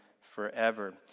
forever